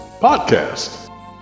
podcast